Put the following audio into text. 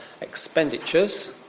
expenditures